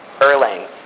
Erlang